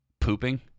pooping